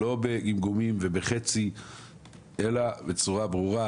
לא בגמגומים אלא בצורה ברורה.